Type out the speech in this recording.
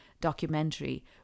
documentary